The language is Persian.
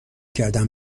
کردم